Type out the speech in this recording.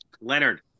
Leonard